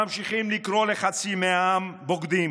ממשיכים לקרוא לחצי מהעם בוגדים,